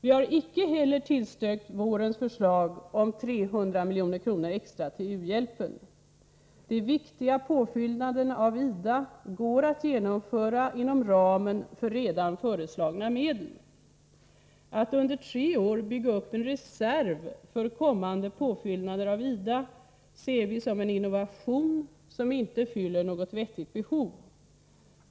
Vi har icke heller tillstyrkt vårens förslag om 300 milj.kr. extra till u-hjälpen. De viktiga påfyllnaderna av IDA går att genomföra inom ramen för redan föreslagna medel. Att under tre år bygga upp en reserv för kommande påfyllnader av IDA ser vi som en innovation som inte fyller något vettigt behov.